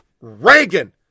Reagan